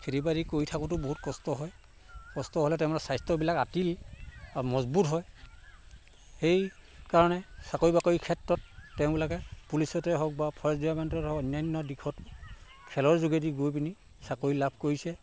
খেতি বাতি কৰি থাকোতেও বহুত কষ্ট হয় কষ্ট হ'লে তেওঁলোকৰ স্বাস্থ্যবিলাক আটিল আৰু মজবুত হয় সেইকাৰণে চাকৰি বাকৰি ক্ষেত্ৰত তেওঁবিলাকে পুলিচতে হওক বা ফ'ৰেষ্ট ডিপাৰ্টমেণ্টত হওক অন্যান্য দিশত খেলৰ যোগেদি গৈ পিনি চাকৰি লাভ কৰিছে